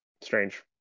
strange